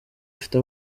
afite